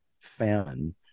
famine